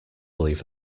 believe